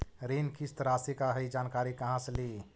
ऋण किस्त रासि का हई जानकारी कहाँ से ली?